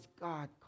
God